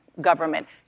government